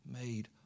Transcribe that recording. made